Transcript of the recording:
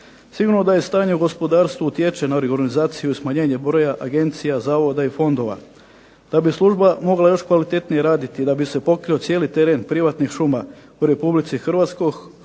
Sigurno da i stanje u gospodarstvu utječe na organizaciju i smanjenje broja agencija, zavoda i fondova. Da bi služba mogla još kvalitetnije raditi i da bi se pokrio cijeli teren privatnih šuma u Republici Hrvatskoj